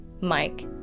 Mike